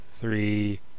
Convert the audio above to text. three